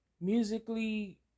musically